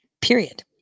period